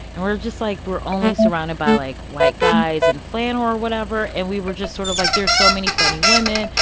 and we're just like, we're only surrounded by, like, white guys in flannel or whatever. and we were just sort of like, there's so many funny women,